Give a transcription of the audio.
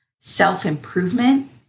self-improvement